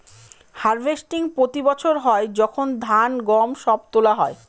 harvesting প্রতি বছর হয় যখন ধান, গম সব তোলা হয়